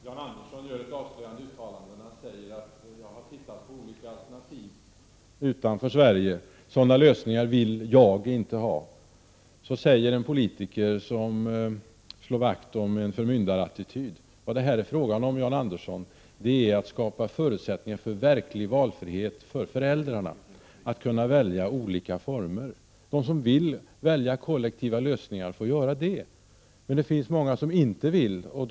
Herr talman! Jan Andersson gör ett avslöjande uttalande när han säger att han har tittat på olika alternativ utanför Sverige och att han inte vill ha sådana lösningar. Så säger en politiker som slår vakt om en förmyndarattityd. Jan Andersson, det är fråga om att skapa förutsättningar för en verklig valfrihet för föräldrarna att kunna välja olika barnomsorgsformer. De som vill välja kollektiva lösningar får göra det. Men det finns många som inte vill ha det.